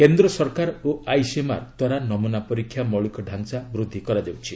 କେନ୍ଦ୍ର ସରକାର ଓ ଆଇସିଏମ୍ଆର୍ ଦ୍ୱାରା ନମୁନା ପରୀକ୍ଷା ମୌଳିକ ଡାଞ୍ଚା ବୃଦ୍ଧି କରାଯାଉଛି